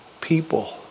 people